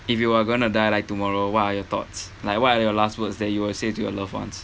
if you are going to die like tomorrow what are your thoughts like what are your last words that you will say to your loved ones